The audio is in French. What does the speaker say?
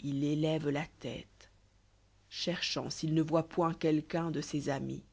il élève l'a tête cherchant s'il ne voit point quelqu'un dé ses àhiis